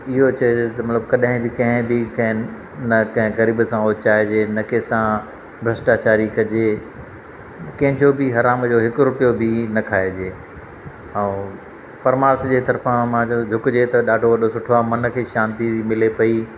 इहो चइजे मतिलबु कॾहिं बि कंहिं बि कंहिं म कंहिं ग़रीब सां उचाइजे न कंहिंसां भ्रष्टाचारी कजे कंहिंजो बि हराम जो हिकु रुपयो बि न खाइजे ऐं परमार्थ जे तरफ़ां मां चयो झुकिजे त ॾाढो वॾो सुठो आहे मन खे शांति मिले पई